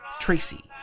Tracy